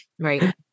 right